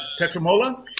Tetramola